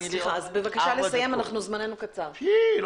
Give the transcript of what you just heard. תני לי עוד ארבע דקות.